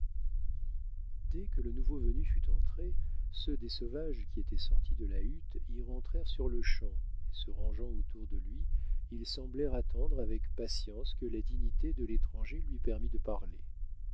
dès que le nouveau venu fut entré ceux des sauvages qui étaient sortis de la hutte y rentrèrent sur-le-champ et se rangeant autour de lui ils semblèrent attendre avec patience que la dignité de l'étranger lui permît de parler